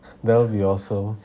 there will be awesome